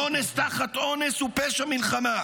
אונס תחת אונס הוא פשע מלחמה.